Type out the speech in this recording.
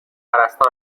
پرستار